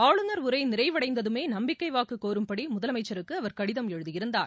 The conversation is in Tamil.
ஆளுநர் உரை நிறைவடைந்ததுமே நம்பிக்கை வாக்கு கோரும்படி முதலமைச்சருக்கு அவர் கடிதம் எழுதியிருந்தார்